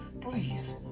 Please